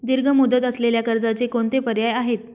दीर्घ मुदत असलेल्या कर्जाचे कोणते पर्याय आहे?